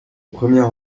première